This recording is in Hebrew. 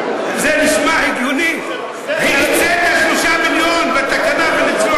הקצית 3 מיליון וניצלו